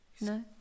No